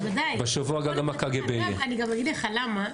בוודאי, אני גם אגיד לך למה.